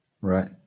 Right